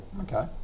okay